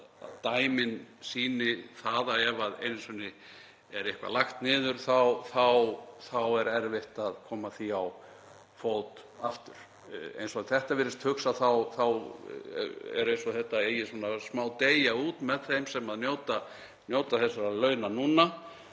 að dæmin sýni að ef eitthvað er einu sinni lagt niður er erfitt að koma því á fót aftur. Eins og þetta virðist hugsað er eins og þetta eigi að smádeyja út með þeim sem njóta þessara launa núna